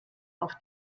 auf